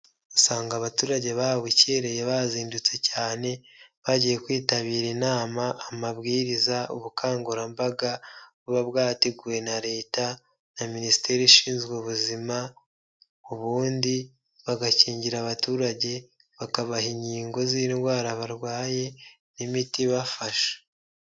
Usanga abaturage babukereye bazindutse cyane; bagiye kwitabira inama, amabwiriza, ubukangurambaga; buba bwateguwe na leta na minisiteri ishinzwe ubuzima, ubundi bagakingira abaturage, bakabaha inkingo z'indwara barwaye n'imiti ibafasha.